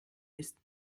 ist